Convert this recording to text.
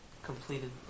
Completed